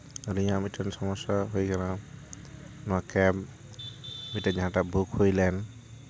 ᱟᱹᱞᱤᱧᱟᱜ ᱢᱤᱫᱴᱮᱱ ᱥᱚᱢᱚᱥᱥᱟ ᱦᱩᱭ ᱟᱠᱟᱱᱟ ᱱᱚᱣᱟ ᱠᱮᱵᱽ ᱢᱤᱫᱴᱮᱡ ᱡᱟᱦᱟᱸ ᱴᱟᱜ ᱵᱩᱠ ᱦᱩᱭ ᱞᱮᱱ